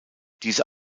diese